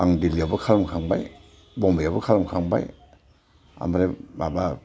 आं दिल्लीयावबो खालामखांबाय बम्बाइयावबो खालामखांबाय आमफ्राय माबा